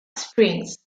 springs